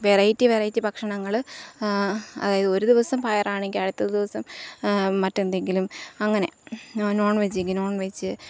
variety variety ഭക്ഷണങ്ങള് അതായത് ഒരു ദിവസം പയറാണെങ്കില് അടുത്ത ദിവസം മറ്റന്തെങ്കിലും അങ്ങനെ നോൺ നോൺ വെജ്